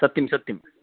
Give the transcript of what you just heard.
सत्यं सत्यं